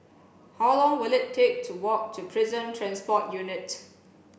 how long will it take to walk to Prison Transport Unit